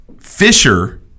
fisher